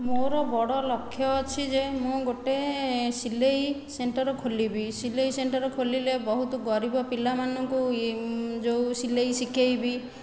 ମୋର ବଡ଼ ଲକ୍ଷ୍ୟ ଅଛି ଯେ ମୁଁ ଗୋଟିଏ ସିଲେଇ ସେଣ୍ଟର ଖୋଲିବି ସିଲେଇ ସେଣ୍ଟର ଖୋଲିଲେ ବହୁତ ଗରିବ ପିଲାମାନଙ୍କୁ ଯେଉଁ ସିଲେଇ ଶିଖାଇବି